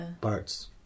parts